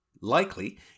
Likely